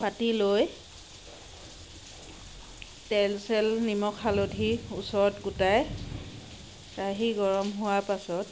পাতি লৈ তেল চেল নিমখ হালধি ওচৰত গোটাই কেৰাহী গৰম হোৱাৰ পাছত